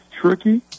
tricky